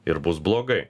ir bus blogai